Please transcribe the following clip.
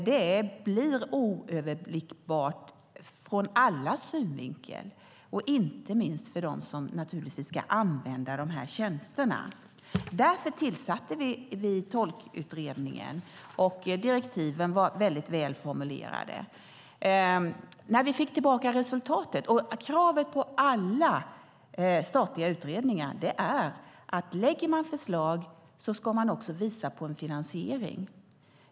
Det blir svåröverblickbart för alla, inte minst för dem som ska använda de här tjänsterna. Därför tillsatte vi Tolktjänstutredningen, och direktiven var väl formulerade. Kravet på alla statliga utredningar är att lägger man förslag ska man också visa på en finansiering.